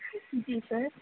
جی سر